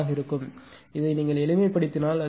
1 ஆக இருக்கும் நீங்கள் எளிமைப்படுத்தினால் அது 0